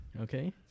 Okay